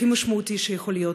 הכי משמעותי שיכול להיות,